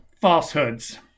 falsehoods